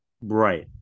Right